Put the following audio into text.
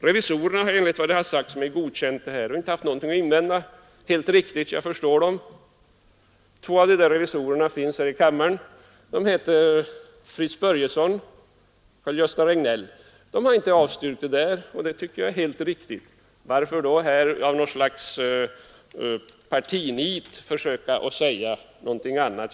Revisorerna har, enligt vad det sagts mig, godkänt förfarandet. De har helt riktigt inte haft någonting att invända — jag förstår dem. Två av revisorerna finns här i kammaren; de heter Fritz Börjesson och Carl Göran Regnéll. De har inte avstyrkt detta, och det tycker jag som sagt är helt riktigt. Varför skall man då här av ett slags partinit försöka säga någonting annat?